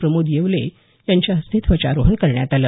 प्रमोद येवले यांच्या हस्ते ध्वजारोहण करण्यात आलं